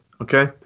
Okay